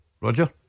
Roger